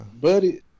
buddy